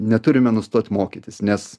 neturime nustot mokytis nes